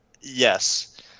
Yes